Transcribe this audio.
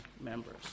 members